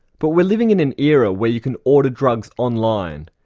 but we're living in an era where you can order drugs online,